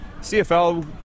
CFL